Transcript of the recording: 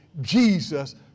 Jesus